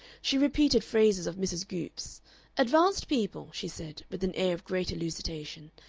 she repeated phrases of mrs. goopes's advanced people, she said, with an air of great elucidation,